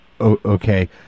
Okay